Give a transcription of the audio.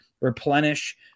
replenish